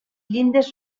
llindes